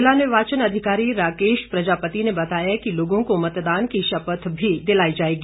जिला निर्वाचन अधिकारी राकेश प्रजापति ने बताया कि लोगों को मतदान की शपथ भी दिलाई जाएगी